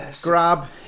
Grab